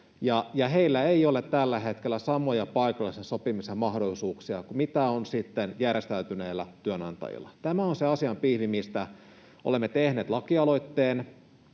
heillä ei ole tällä hetkellä samoja paikallisen sopimisen mahdollisuuksia kuin on järjestäytyneillä työnantajilla. Tämä on se asian pihvi, mistä olemme tehneet lakialoitteen.